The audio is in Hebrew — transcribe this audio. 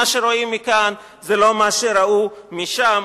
מה שרואים מכאן זה לא מה שראו משם.